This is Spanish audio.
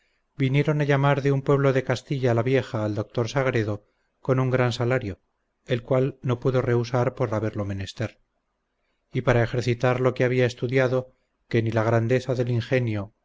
vinieron a llamar de un pueblo de castilla la vieja al doctor sagredo con un gran salario el cual no pudo rehusar por haberlo menester y para ejercitar lo que había estudiado que ni la grandeza del ingenio